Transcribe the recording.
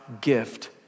gift